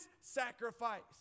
sacrifice